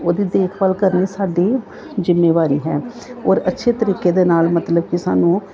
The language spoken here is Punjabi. ਉਹਦੀ ਦੇਖਭਾਲ ਕਰਨੀ ਸਾਡੀ ਜ਼ਿੰਮੇਵਾਰੀ ਹੈ ਔਰ ਅੱਛੇ ਤਰੀਕੇ ਦੇ ਨਾਲ ਮਤਲਬ ਕਿ ਸਾਨੂੰ